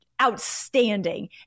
outstanding